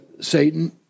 Satan